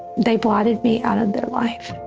they blotted me out of their life.